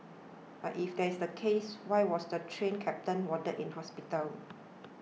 but if that's the case why was the Train Captain warded in hospital